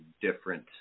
different